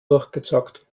durchgezockt